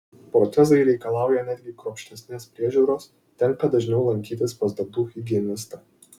protezai reikalauja netgi kruopštesnės priežiūros tenka dažniau lankytis pas dantų higienistą